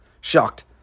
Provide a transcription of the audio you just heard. Shocked